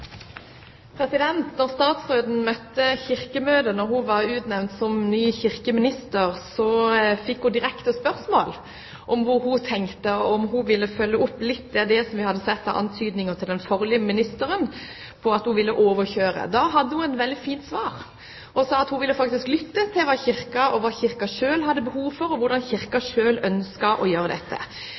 statsråden møtte Kirkemøtet da hun ble utnevnt som ny kirkeminister, fikk hun direkte spørsmål om hva hun tenkte, og om hun ville følge opp litt av det som vi hadde sett av antydninger fra den forrige ministeren, nemlig å overkjøre. Da hadde hun et veldig fint svar, og sa at hun ville lytte til Kirken og hva Kirken selv hadde behov for, og hvordan Kirken selv ønsket å gjøre dette.